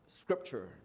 scripture